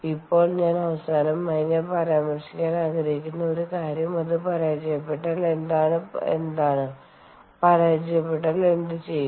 ഇപ്പോൾ ഞാൻ അവസാനമായി ഞാൻ പരാമർശിക്കാൻ ആഗ്രഹിക്കുന്ന ഒരു കാര്യം അത് പരാജയപ്പെട്ടാൽ എന്താണ് പരാജയപ്പെട്ടാൽ എന്ത് ചെയ്യും